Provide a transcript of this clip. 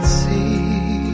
see